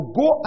go